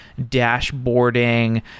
dashboarding